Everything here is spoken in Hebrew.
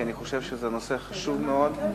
כי אני חושב שזה נושא חשוב מאוד.